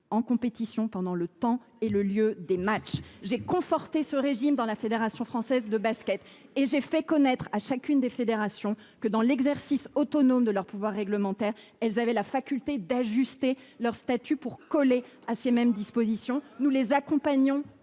en compétition pendant le temps et sur les lieux des matchs. J’ai conforté ce régime dans les statuts de la Fédération française de basket ball, et j’ai fait connaître à chacune des fédérations que dans l’exercice autonome de leur pouvoir réglementaire elles avaient la faculté d’ajuster leurs statuts pour coller à ces dispositions. Et le courage,